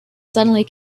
suddenly